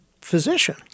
physician